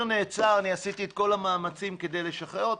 נעצר אני עשיתי את כל המאמצים כדי לשחרר אותו,